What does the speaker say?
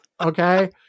Okay